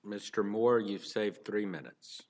mr moore you've saved three minutes